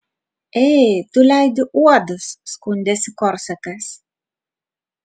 ei tu leidi uodus skundėsi korsakas